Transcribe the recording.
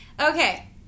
Okay